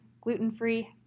gluten-free